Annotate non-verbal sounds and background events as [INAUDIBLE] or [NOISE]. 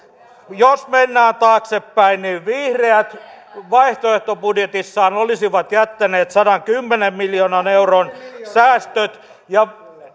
jos mennään taaksepäin niin vihreät vaihtoehtobudjetissaan olisivat jättäneet sadankymmenen miljoonan euron säästöt ja [UNINTELLIGIBLE]